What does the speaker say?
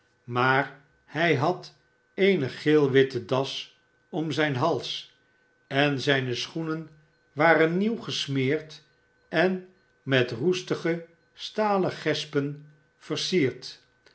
maar hij had eene geelwitte das om zijn hals en zijne schoenen waren nieuw gesmeerden met roestige stalen gespen versierd